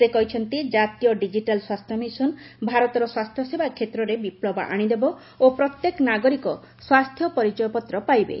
ସେ କହିଛନ୍ତି ଜାତୀୟ ଡିଜିଟାଲ୍ ସ୍ୱାସ୍ଥ୍ୟ ମିଶନ ଭାରତର ସ୍ୱାସ୍ଥ୍ୟସେବା କ୍ଷେତ୍ରରେ ବିପୁବ ଆଶିଦେବ ଓ ପ୍ରତ୍ୟେକ ନାଗରିକ ସ୍ୱାସ୍ଥ୍ୟ ପରିଚୟପତ୍ର ପାଇବେ